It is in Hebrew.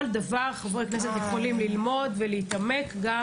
כל דבר חברי הכנסת יכולים ללמוד ולהתעמק בו,